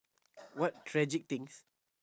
what tragic things